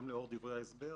גם לאור דברי ההסבר: